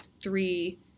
three